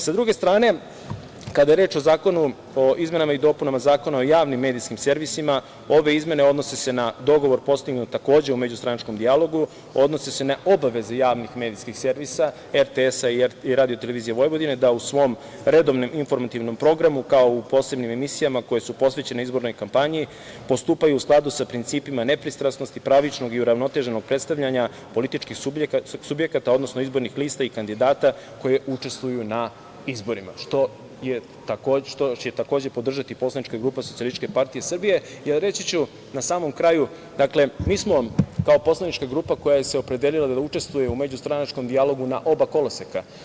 Sa druge strane, kada je reč o Zakonu o izmenama i dopunama Zakona o javnim medijskim servisima, ove izmene odnose se na dogovor postignut takođe u međustranačkom dijalogu, odnose se na obaveze javnih medijskih servisa RTS i RTV da u svom redovnom informativnom programu, kao u posebnim emisijama koje su posvećene izbornoj kampanji, postupaju u skladu sa principima nepristrasnosti, pravičnog i uravnoteženog predstavljanja političkih subjekata, odnosno izbornih lista i kandidata koji učestvuju na izborima što će takođe podržati poslanička grupa SPS, jer reći ću na samom kraju, dakle, mi smo kao poslanička grupa koja se opredelila da učestvuje u međustranačkom dijalogu na oba koloseka.